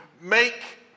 Make